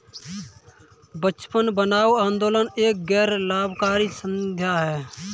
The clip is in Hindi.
बचपन बचाओ आंदोलन एक गैर लाभकारी संस्था है